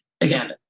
Again